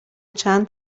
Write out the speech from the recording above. چند